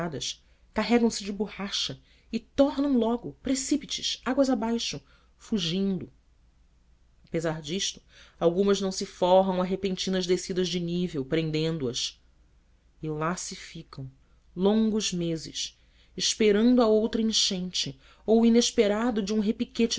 consignadas carregam se de borracha e tornam logo precípites águas abaixo fugindo apesar disto algumas não se forram a repentinas descidas de nível prendendo as e lá se ficam longos meses esperando a outra enchente ou o inesperado de um repiquete